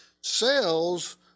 Sales